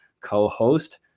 co-host